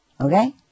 okay